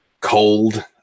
cold